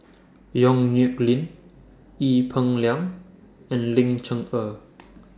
Yong Nyuk Lin Ee Peng Liang and Ling Cher Eng